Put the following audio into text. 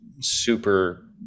super